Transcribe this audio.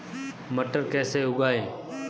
मटर कैसे उगाएं?